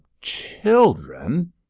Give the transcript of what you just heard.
children